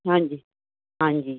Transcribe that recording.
ਹਾਂਜੀ ਹਾਂਜੀ